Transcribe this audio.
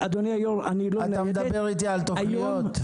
אתה מדבר אתי על תוכניות?